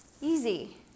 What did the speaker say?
easy